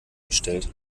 bestellt